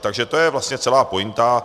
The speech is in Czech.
Takže to je vlastně celá pointa.